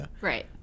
Right